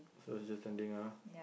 so he's just standing ah